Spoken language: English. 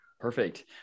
Perfect